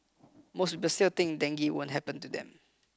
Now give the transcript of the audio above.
most people still think dengue won't happen to them